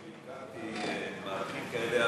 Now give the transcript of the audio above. היות שהכרתי מערכים כאלה,